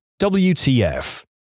WTF